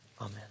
Amen